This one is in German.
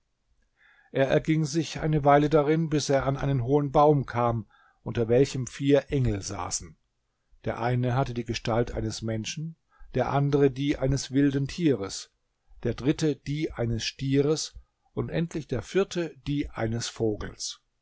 er erging sich eine weile darin bis er an einen hohen baum kam unter welchem vier engel saßen der eine hatte die gestalt eines menschen der andere die eines wilden tieres der dritte die eines stieres und endlich der vierte die eines vogels